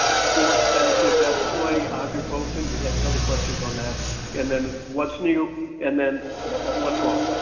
sports, send the kids out to play, ibuprofen. we had some questions on that and then what's new and then what's wrong?